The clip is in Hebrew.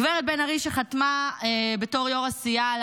הגב' בן ארי שחתמה בתור יו"ר הסיעה על